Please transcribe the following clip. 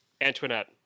Antoinette